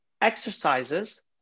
exercises